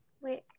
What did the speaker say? Wait